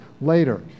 later